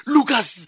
Lucas